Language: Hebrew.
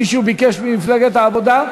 מישהו ביקש ממפלגת העבודה?